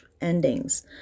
endings